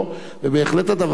ובהחלט הדבר הזה,